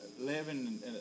living